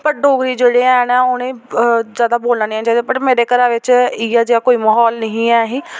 पर डोगरी जेह्ड़े हैन उ'नें ई जादा बोलना निं आना चाहिदा वट् मेरे घरा बिच इ'यै जेहा कोई म्हौल निं ऐ ही